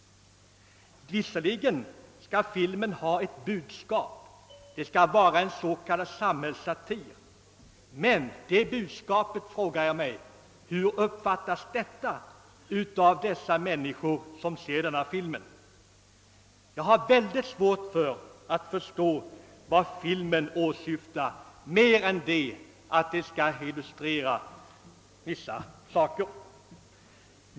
Visserligen skall filmen ha ett budskap — den skall vara en s.k. samhällssatir — men nu frågas: hur uppfattas detta av de människor som ser filmen? Jag har svårt att förstå vad filmen åsyftar mer än att den illustrerar vissa saker.